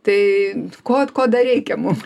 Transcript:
tai ko ko dar reikia mum